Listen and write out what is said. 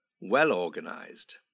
well-organized